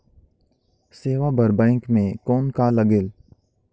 सेवा बर बैंक मे कौन का लगेल?